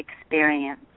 experience